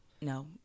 No